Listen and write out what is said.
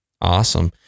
Awesome